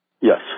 Yes